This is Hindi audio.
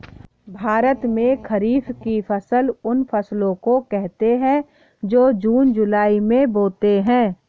भारत में खरीफ की फसल उन फसलों को कहते है जो जून जुलाई में बोते है